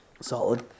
Solid